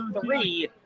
three